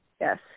yes